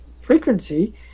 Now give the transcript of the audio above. frequency